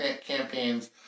campaigns